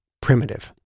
Primitive